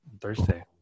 Thursday